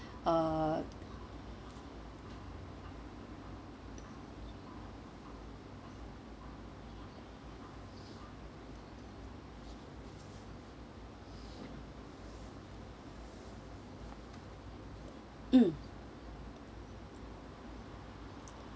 uh mm